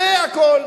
זה הכול.